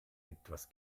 etwas